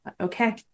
Okay